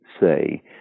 say